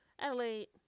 Adelaide